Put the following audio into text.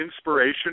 inspiration